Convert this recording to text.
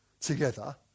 together